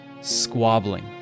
squabbling